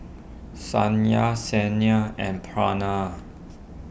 Satya Saina and Pranav